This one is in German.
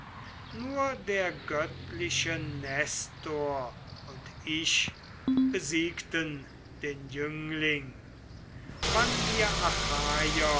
nur der göttliche nestor und ich besiegten den jüngling wann wir